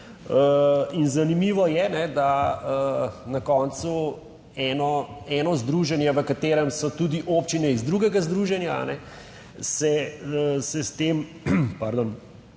in zanimivo je, da na koncu eno, eno združenje v katerem so tudi občine iz drugega združenja se s tem, /